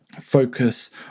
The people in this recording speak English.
focus